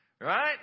Right